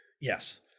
Yes